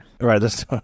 Right